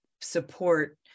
support